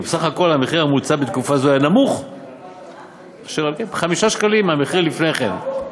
ובסך הכול המחיר הממוצע בתקופה זו היה נמוך ב-5 שקלים מהמחיר לפני כן.